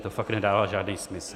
To fakt nedává žádný smysl.